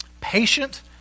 patient